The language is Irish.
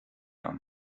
agam